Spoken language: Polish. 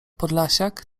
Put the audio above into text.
podlasiak